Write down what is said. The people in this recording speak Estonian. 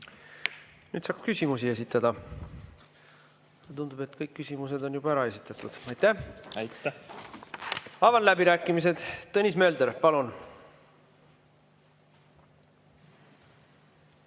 Nüüd saaks küsimusi esitada, aga mulle tundub, et kõik küsimused on juba ära esitatud. Aitäh! Avan läbirääkimised. Tõnis Mölder, palun!